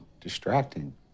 distracting